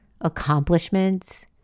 accomplishments